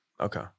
Okay